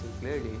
clearly